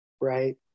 right